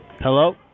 Hello